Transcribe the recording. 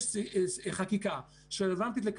אין ספק שיש שם חלק לא מבוטל,